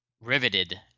riveted